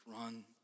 run